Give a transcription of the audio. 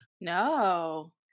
No